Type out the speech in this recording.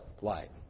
light